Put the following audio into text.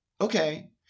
okay